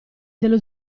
dello